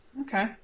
Okay